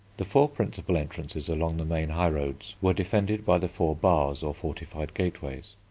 the four principal entrances along the main high-roads were defended by the four bars, or fortified gateways.